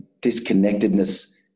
disconnectedness